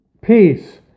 peace